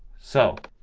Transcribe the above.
so